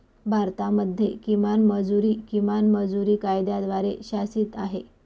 भारतामध्ये किमान मजुरी, किमान मजुरी कायद्याद्वारे शासित आहे